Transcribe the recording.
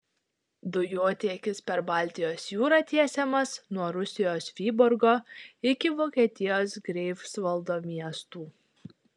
dujotiekis per baltijos jūrą tiesiamas nuo rusijos vyborgo iki vokietijos greifsvaldo miestų